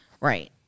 Right